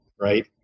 right